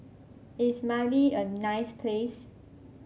is Mali a nice place